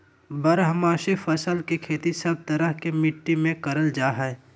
बारहमासी फसल के खेती सब तरह के मिट्टी मे करल जा हय